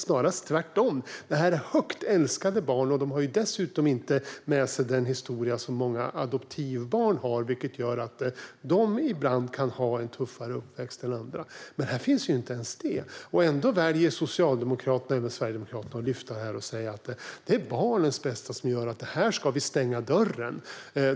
Snarare är det tvärtom. Det är högt älskade barn. De har dessutom inte med sig den historia som många adoptivbarn har, vilket gör att de ibland har en tuffare uppväxt än andra. Här finns inte ens det. Ändå väljer Socialdemokraterna och även Sverigedemokraterna att säga att det är barnens bästa som gör att här ska dörren stängas.